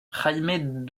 jaime